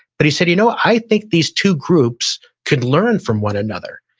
but he said, you know, i think these two groups could learn from one another.